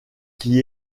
qui